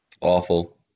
awful